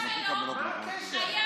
מה הקשר?